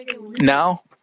now